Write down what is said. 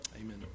amen